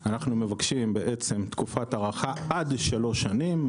אנחנו מבקשים תקופת הארכה של עד שלוש שנים.